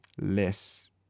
less